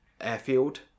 airfield